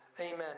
amen